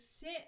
sit